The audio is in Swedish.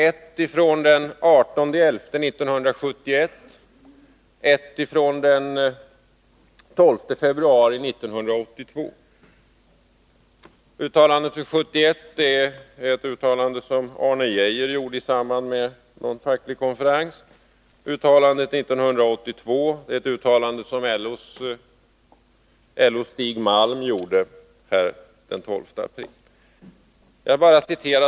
Ett är från den 18 november 1971 och ett från den 12 februari 1982. Uttalandet från 1971 gjorde Arne Geijer i samband med någon facklig konferens. Uttalandet 1982 gjorde LO:s Stig Malm.